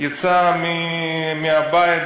יצא מהבית,